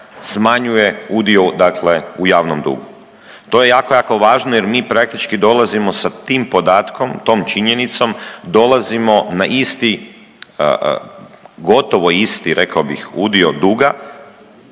smanjuje udio u javnom dugu. To je jako, jako važno jer mi praktički dolazimo sa tim podatkom, tom činjenicom dolazimo na isti, gotovo isti rekao bih udio duga